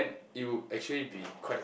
you actually be quite